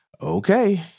Okay